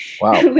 Wow